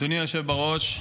אדוני היושב בראש,